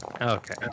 Okay